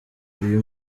uyu